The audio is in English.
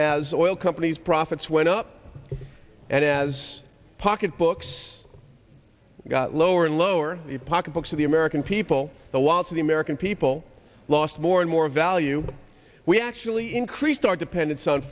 as oil companies profits went up and as pocketbooks got lower and lower the pocketbooks of the american people the loss of the american people lost more and more value we actually increased our dependence on